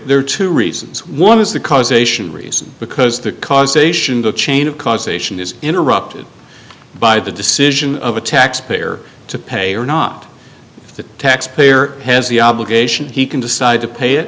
are two reasons one is the causation reason because the causation the chain of causation is interrupted by the decision of a taxpayer to pay or not the taxpayer has the obligation he can decide to pay it